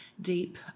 deep